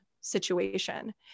situation